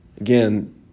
Again